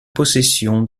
possession